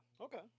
Okay